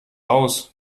aus